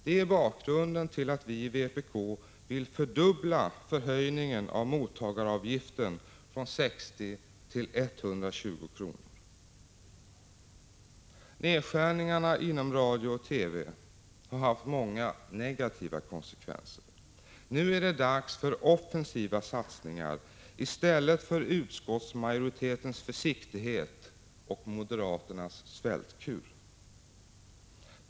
Det är bakgrunden till att vi i vpk vill fördubbla höjningen av mottagaravgiften från 60 till 120 kr. Nedskärningarna inom radio och TV har haft många negativa konsekvenser. Nu är det dags för offensiva satsningar i stället för utskottsmajoritetens försiktighet och moderaternas svältkur.